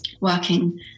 working